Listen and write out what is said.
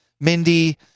Mindy